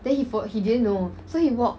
then he then he didn't know so he walk